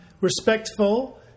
respectful